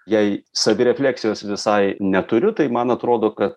jei savirefleksijos visai neturiu tai man atrodo ka